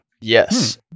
yes